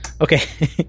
Okay